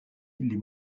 les